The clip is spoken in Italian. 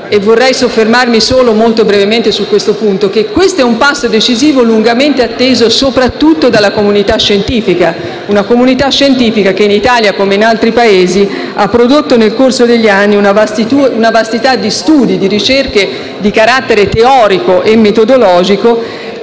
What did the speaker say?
dire e soffermarmi molto brevemente su questo punto, che è un passo decisivo, lungamente atteso soprattutto dalla comunità scientifica, che in Italia come in altri Paesi ha prodotto, nel corso degli anni, una vastità di studi e di ricerche di carattere teorico e metodologico,